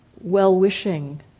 well-wishing